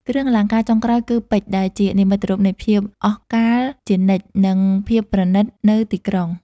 គ្រឿងអលង្ការចុងក្រោយគី ពេជ្រដែលជានិមិត្តរូបនៃភាពអស់កល្បជានិច្ច និងភាពប្រណិតនៅទីក្រុង។